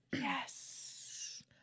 Yes